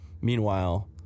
meanwhile